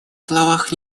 словах